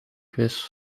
quiz